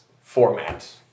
format